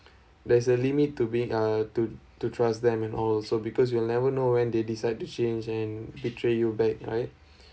there is a limit to being uh to to trust them and all also because you will never know when they decide to change and betray you back right